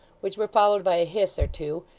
which were followed by a hiss or two,